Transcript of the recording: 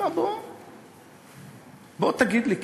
תגיד לי.